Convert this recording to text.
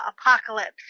Apocalypse